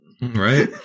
Right